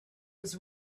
was